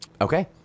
Okay